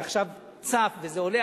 זה עכשיו צף וזה עולה.